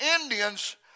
Indians